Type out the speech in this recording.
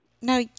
Now